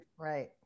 Right